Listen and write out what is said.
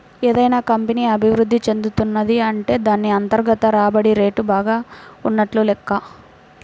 ఏదైనా కంపెనీ అభిరుద్ధి చెందుతున్నది అంటే దాన్ని అంతర్గత రాబడి రేటు బాగా ఉన్నట్లు లెక్క